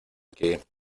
que